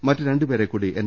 മറ്റു രണ്ടുപേരെ കൂടി എൻ